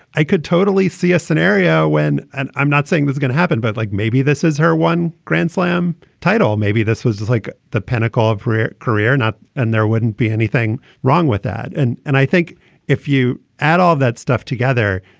i could totally see a scenario when and i'm not saying that's going to happen, but like maybe this is her one grand slam title. maybe this was like the pinnacle of her career or not and there wouldn't be anything wrong with that. and and i think if you add all of that stuff together.